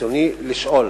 רצוני לשאול: